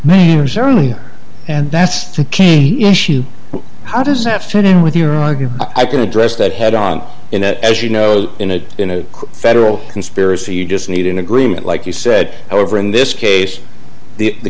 manners earlier and that's the key issue how does that fit in with your i q i can address that head on in that as you know in a in a federal conspiracy you just need an agreement like you said over in this case the